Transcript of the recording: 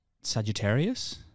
Sagittarius